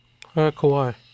Kawhi